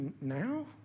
now